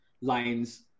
lines